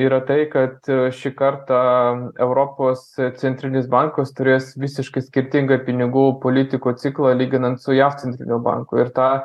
yra tai kad šį kartą europos centrinis bankas turės visiškai skirtingą pinigų politikų ciklo lyginant su jav centriniu banku ir tą